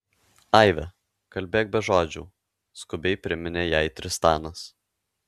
aive kalbėk be žodžių skubiai priminė jai tristanas